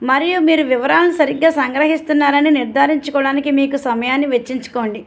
మరియు మీరు వివరాలను సరిగ్గా సంగ్రహిస్తున్నారని నిర్ధారించుకోవడానికి మీకు సమయాన్ని వెచ్చించుకోండి